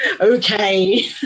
okay